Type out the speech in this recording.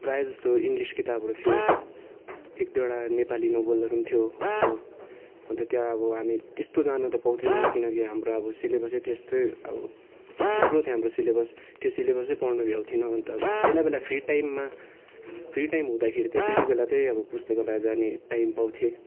प्रायः जस्तो इङ्लिस किताबहरू थियो एक दुईवटा नेपाली नोभलहरू पनि थियो अन्त त्यहाँ अब हामी त्यस्तो जानु त पाउँथेनौँ किनकि हाम्रो अब सिलेबसै त्यस्तै अब थुप्रो थियो हाम्रो सिलेबस त्यो सिलेबसै पढ्नु भ्याउँथेन अन्त बेलाबेला फ्री टाइममा फ्री टाइम हुँदाखेरि चाहिँ त्यतिबेला चाहिँ अब पुस्तकालय जाने टाइम पाउँथेँ